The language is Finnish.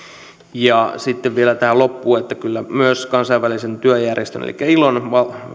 sitten vielä tähän loppuun että kyllä myös kansainvälisen työjärjestön elikkä ilon